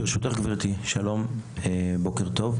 ברשותך גברתי שלום בוקר טוב,